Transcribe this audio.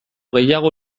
gehiago